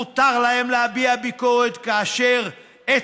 מותר להם להביע ביקורת כאשר אתה